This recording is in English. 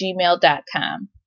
gmail.com